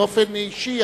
באופן אישי,